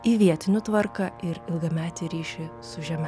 į vietinių tvarką ir ilgametį ryšį su žeme